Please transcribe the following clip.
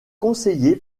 conseillé